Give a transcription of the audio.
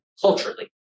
culturally